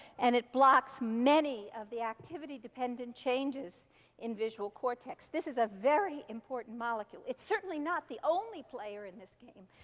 and it blocks many of the activity-dependent changes in visual cortex. this is a very important molecule. it's certainly not the only player in this game,